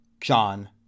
John